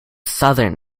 southern